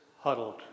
huddled